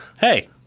Hey